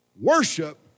Worship